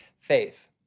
faith